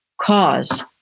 cause